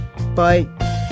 Bye